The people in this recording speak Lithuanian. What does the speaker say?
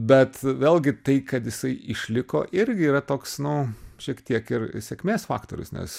bet vėlgi tai kad jisai išliko irgi yra toks nu šiek tiek ir sėkmės faktorius nes